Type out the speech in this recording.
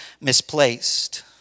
misplaced